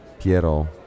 Piero